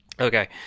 Okay